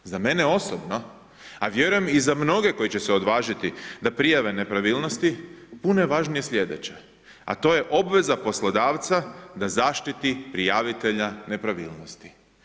Za mene osobno, a vjerujem i za mnoge koji će se odvažiti da prijave nepravilnosti, puno je važnije slijedeće, a to je obveza poslodavca da zaštiti prijavitelja nepravilnosti.